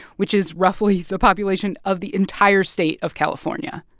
which is roughly the population of the entire state of california,